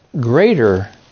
greater